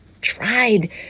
tried